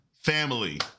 family